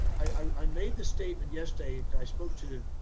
i made the statement yesterday. i spoke to,